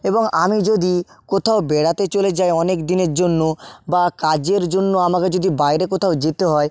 এবং আমি যদি কোথাও বেড়াতে চলে যাই অনেক দিনের জন্য বা কাজের জন্য আমাকে যদি বাইরে কোথাও যেতে হয়